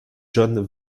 john